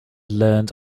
learned